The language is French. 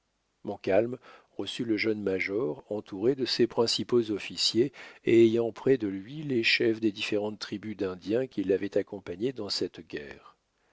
française montcalm reçut le jeune major entouré de ses principaux officiers et ayant près de lui les chefs des différentes tribus d'indiens qui l'avaient accompagné dans cette guerre